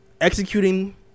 executing